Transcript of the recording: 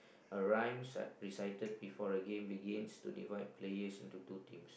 arise that decided before the game begins to divide players into team